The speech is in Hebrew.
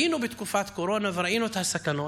היינו בתקופת קורונה וראינו את הסכנות,